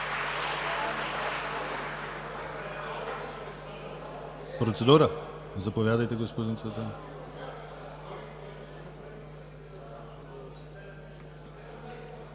Процедура? Заповядайте, господин Цветанов.